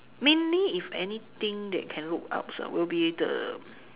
mainly if anything that can look up lah will be the